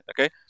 Okay